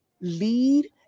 lead